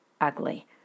ugly